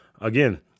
again